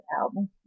album